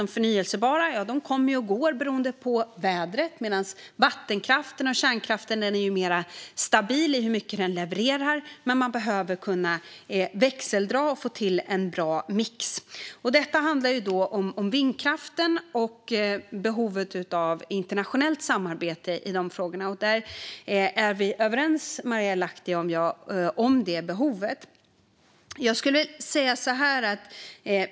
De förnybara kommer och går beroende på vädret, medan vattenkraften och kärnkraften ger en mer stabil leverans. Man behöver dock kunna växeldra och få till en bra mix. I dag talar vi om vindkraften och behovet av ett internationellt samarbete i frågorna. Marielle Lahti och jag är överens om detta behov.